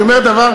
אני אומר דבר,